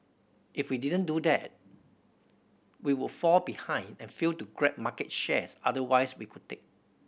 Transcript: if we didn't do that we would fall behind and fail to grab market share otherwise we could take